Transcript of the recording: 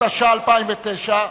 התש"ע 2009,